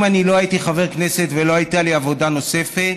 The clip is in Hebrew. אם לא הייתי חבר כנסת ולא הייתה לי עבודה נוספת,